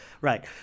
Right